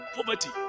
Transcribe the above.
Poverty